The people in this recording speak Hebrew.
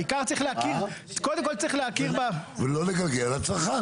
העיקר שקודם כול צריך להכיר --- לא לגלגל על הצרכן.